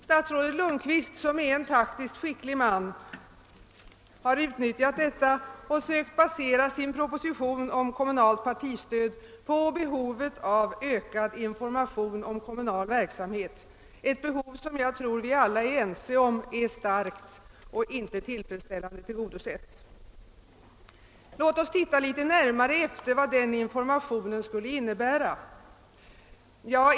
Statsrådet Lundkvist, som är en taktiskt skicklig man, har utnyttjat detta och sökt basera sin proposition om kommunalt partistöd på behovet av ökad information om komunal verksamhet, ett behov som — det tror jag vi alla är ense om — är starkt och inte tillfredsställande Låt oss se litet närmare efter vad denna information skulle innebära!